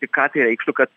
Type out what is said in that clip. tai ką tai reikštų kad